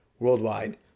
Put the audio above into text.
worldwide